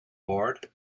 bored